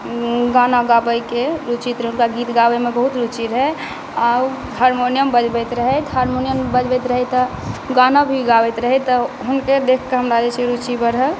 गाना गाबयके रुचि तऽ हुनका गीत गाबयमे बहुत रुचि रहै आ ओ हरमोनियम बजबैत रहथि आ हरमोनियम बजबैत रहथि तऽ गाना भी गाबैत रहथि तऽ हुनके देखि कऽ हमरा जे छै रुचि बढ़ल